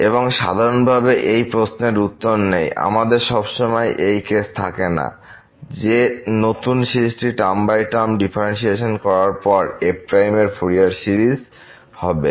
এবং সাধারণভাবে এই প্রশ্নের উত্তর নেই আমাদের সবসময় এই কেস থাকে না যে নতুন সিরিজটি টার্ম বাই টার্ম ডিফারেন্শিয়েশন করার পর f এর ফুরিয়ার সিরিজ হবে